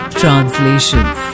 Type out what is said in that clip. translations